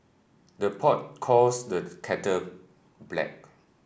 the pot calls the kettle black